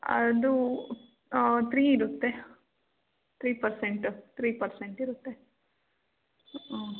ಅದು ಥ್ರೀ ಇರುತ್ತೆ three percent three percent ಇರುತ್ತೆ